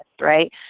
Right